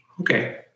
Okay